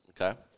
Okay